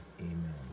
Amen